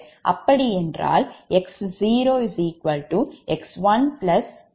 அப்படி என்றால் X0 X1 3Xn